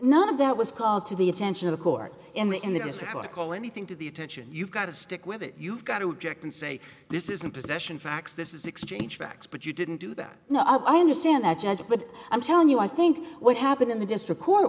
none of that was called to the attention of the court in the district or call anything to the attention you've got to stick with it you've got to object and say this is in possession facts this is exchange facts but you didn't do that now i understand that judge but i'm telling you i think what happened in the district court